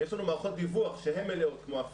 יש לנו מערכות דיווח, כמו אפיק,